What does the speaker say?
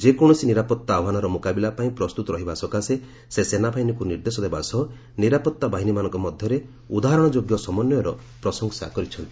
ଯେକୌଣସି ନିରାପତ୍ତା ଆହ୍ପାନର ମୁକାବିଲା ପାଇଁ ପ୍ରସ୍ତୁତ ରହିବା ସକାଶେ ସେ ସେନାବାହିନୀକୁ ନିର୍ଦ୍ଦେଶ ଦେବା ସହ ନିରାପତ୍ତା ବାହିନୀମାନଙ୍କ ମଧ୍ୟରେ ଉଦାହରଣଯୋଗ୍ୟ ସମନ୍ଧୟର ସେ ପ୍ରଶଂସା କରିଛନ୍ତି